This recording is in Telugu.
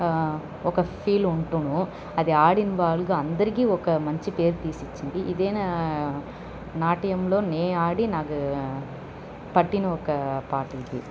ఒక ఫీల్ ఉంటుంది అది ఆడిన వాళ్ళకు అందరికి ఒక మంచి పేరు తీసిచ్చింది ఇదేనా నాట్యంలో నేను ఆడి నాకు పట్టిన ఒక పాట ఇది